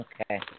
Okay